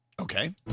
Okay